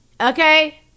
Okay